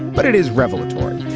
but it is revolutionary.